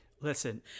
Listen